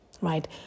right